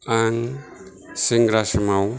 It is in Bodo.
आं सेंग्रा समाव